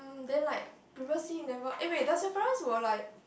then like previously never eh wait does your parents will like